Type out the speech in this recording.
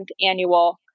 annual